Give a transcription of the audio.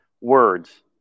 words